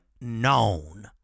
known